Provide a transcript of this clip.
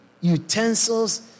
utensils